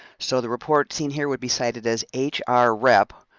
so the report seen here would be cited as h r. rep.